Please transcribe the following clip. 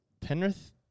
Penrith